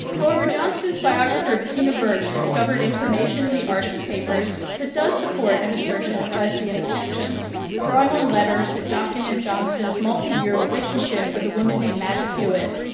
however, johnston's biographer bettina berch discovered information in the artist's papers that does support an and assertion of lesbian affections drawing on letters that document johnson's multi-year relationship with a woman named maddie hewitt,